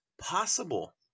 possible